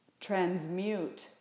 transmute